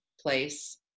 place